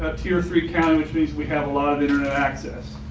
but tier three count which means we have a lot of internet access.